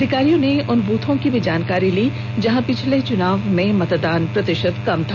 अधिकारियों ने उन बूथों की भी जानकारी ली जहां पिछले चुनाव में मतदान प्रतिशत कम था